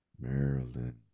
Maryland